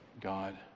God